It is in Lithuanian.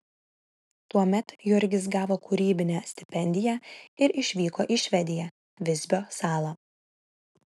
tuomet jurgis gavo kūrybinę stipendiją ir išvyko į švediją visbio salą